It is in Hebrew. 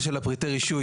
נושא פריטי רישוי